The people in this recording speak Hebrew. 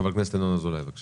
חבר הכנסת ינון אזולאי, בבקשה.